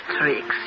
tricks